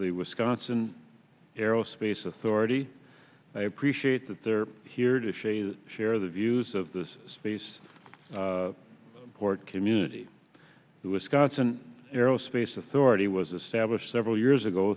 the wisconsin aerospace authority i appreciate that they're here to share the views of this space port community the wisconsin aerospace authority was established several years ago